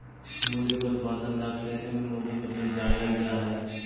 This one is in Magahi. मूली के उत्पादन ला खेत में मूली का बीज डालल जा हई